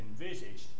envisaged